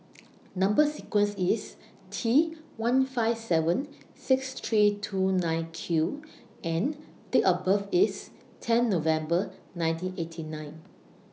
Number sequence IS T one five seven six three two nine Q and Date of birth IS ten November nineteen eighty nine